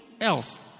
else